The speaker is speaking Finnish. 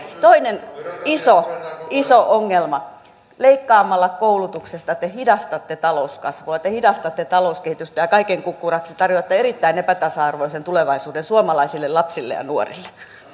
toinen iso iso ongelma leikkaamalla koulutuksesta te hidastatte talouskasvua te hidastatte talouskehitystä ja ja kaiken kukkuraksi tarjoatte erittäin epätasa arvoisen tulevaisuuden suomalaisille lapsille ja nuorille